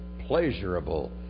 pleasurable